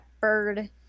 bird